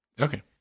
okay